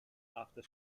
after